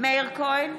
מאיר כהן,